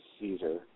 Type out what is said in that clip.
Caesar